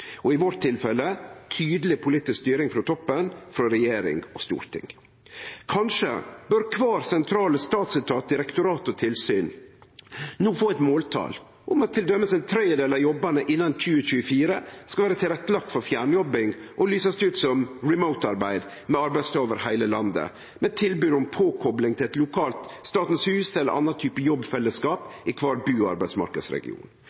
toppen, frå regjering og storting. Kanskje bør kvar sentrale statsetat, direktorat og tilsyn no få eit måltal om at t.d. ein tredel av jobbane innan 2024 skal vere tilrettelagde for fjernjobbing og lysast ut som «remote»-arbeid med arbeidsstad over heile landet, og med tilbod om påkopling til eit lokalt Statens hus eller ein anna type